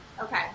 Okay